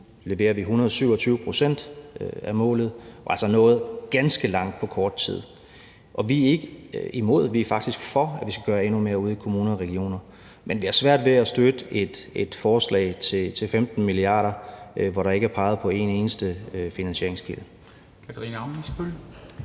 leverer vi 127 pct. af målet – vi er altså nået ganske langt på kort tid. Og vi er ikke imod, vi er faktisk for, at vi skal gøre endnu mere ude i kommuner og regioner, men vi har svært ved at støtte et forslag til 15 mia. kr., hvor der ikke er peget på en eneste finansieringskilde.